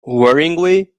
worryingly